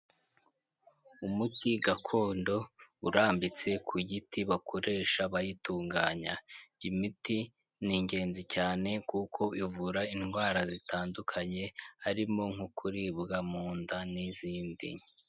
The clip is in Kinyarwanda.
Umuti gakondo urambitse ku giti bakoresha bayitunganya; iyi miti ni ingenzi cyane kuko ivura indwara zitandukanye harimo nko kuribwa mu nda n'izindi.